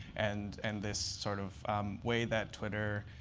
and and this sort of way that twitter